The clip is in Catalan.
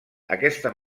aquesta